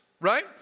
right